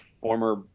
former